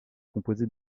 composée